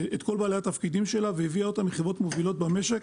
והעבירה אותם מחברות מובילות במשק.